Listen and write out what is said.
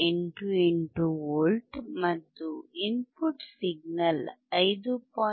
88 V ಮತ್ತು input signal 5